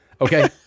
okay